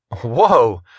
Whoa